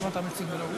למה אתה מציג ולא הוא?